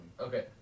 Okay